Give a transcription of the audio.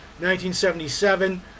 1977